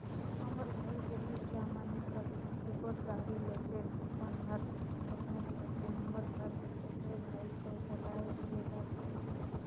हमर घर के लइका मन कथें एगोट गाड़ी लेतेन अपन हर अपनेच होथे हमर घर के छोटे भाई तो चलाये ले डरथे